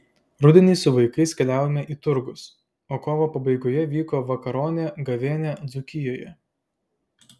rudenį su vaikais keliavome į turgus o kovo pabaigoje vyko vakaronė gavėnia dzūkijoje